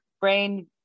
brain